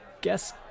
guess